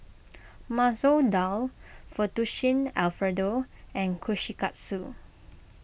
Masoor Dal Fettuccine Alfredo and Kushikatsu